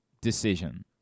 decision